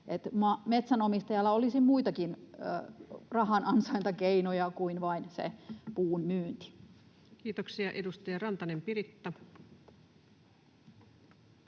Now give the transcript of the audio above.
metsänomistajalla olisi muitakin rahanansaintakeinoja kuin vain se puun myynti. Kiitoksia. — Edustaja Rantanen, Piritta.